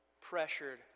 pressured